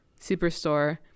Superstore